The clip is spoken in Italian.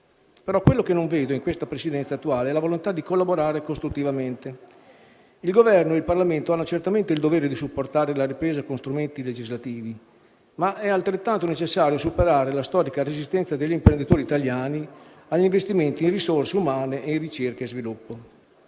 Ma quello che non vedo nella presidenza attuale è la volontà di collaborare costruttivamente. Il Governo e il Parlamento hanno certamente il dovere di supportare la ripresa con strumenti legislativi, ma è altrettanto necessario superare la storica resistenza degli imprenditori italiani agli investimenti in risorse umane e in ricerca e sviluppo;